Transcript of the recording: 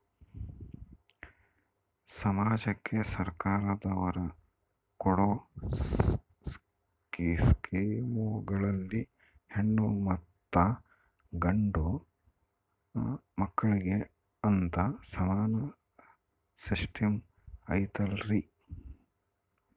ಸಮಾಜಕ್ಕೆ ಸರ್ಕಾರದವರು ಕೊಡೊ ಸ್ಕೇಮುಗಳಲ್ಲಿ ಹೆಣ್ಣು ಮತ್ತಾ ಗಂಡು ಮಕ್ಕಳಿಗೆ ಅಂತಾ ಸಮಾನ ಸಿಸ್ಟಮ್ ಐತಲ್ರಿ?